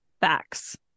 facts